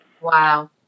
Wow